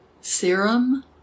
serum